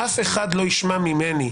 אף אחד לא ישמע ממני,